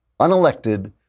unelected